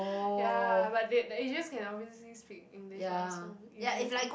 ya but the the Asians can obviously speak English lah so easy to talk